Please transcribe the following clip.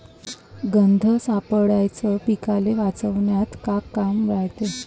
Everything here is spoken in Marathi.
गंध सापळ्याचं पीकाले वाचवन्यात का काम रायते?